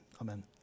amen